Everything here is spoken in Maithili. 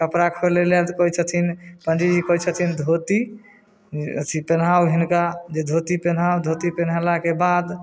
कपड़ा खोलै लए कहै छथिन पंडीजी कहै छथिन धोती अथी पेनहाउ हिनका जे धोती पेनहाउ धोती पेन्हेलाके बाद